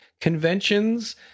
conventions